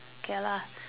okay lah